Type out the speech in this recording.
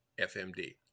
FMD